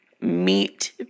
meet